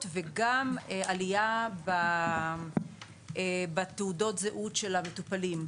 וגם עלייה בתעודות זהות של המטופלים.